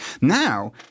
Now